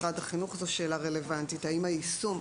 זו שאלה רלוונטית גם לגבי משרד החינוך היישום,